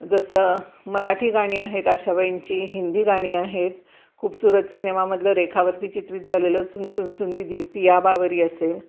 जसं मराठी गाणी आहेत आशाबाईंची हिंदी गाणी आहेत खूबरत सिनेमामधलं रेखावरती चित्रित झालेलं सुन सुन दीदी पिया बावरी असेल